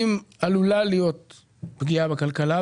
אם עלולה להיות פגיעה בכלכלה,